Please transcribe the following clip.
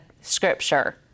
Scripture